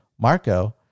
Marco